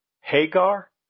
Hagar